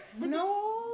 No